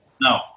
No